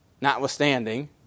Notwithstanding